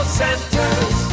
centers